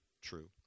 true